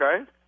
okay